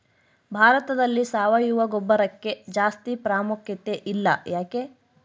ಭಾರತದಲ್ಲಿ ಸಾವಯವ ಗೊಬ್ಬರಕ್ಕೆ ಜಾಸ್ತಿ ಪ್ರಾಮುಖ್ಯತೆ ಇಲ್ಲ ಯಾಕೆ?